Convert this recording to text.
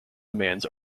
demands